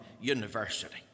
university